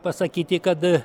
pasakyti kad